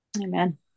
Amen